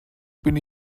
bin